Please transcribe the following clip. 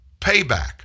payback